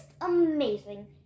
amazing